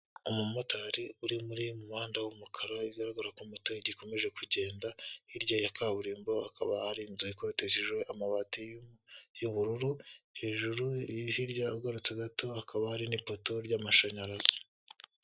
Umumotari uri muri mu muhanda w'umukara ugaragara ko moto igikomeje kugenda, hirya ya kaburimbo hakaba ari inzu ikoreshedeshejwe amabati y'ubururu, hejuru hirya agarutse gato hakaba ari n'ipoto ry'amashanyarazi.